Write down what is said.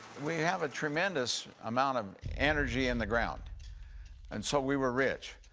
we have a tremendous amount of energy in the ground and so we were rich.